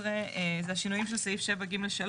זה השינויים של סעיף (7)(ג)(3),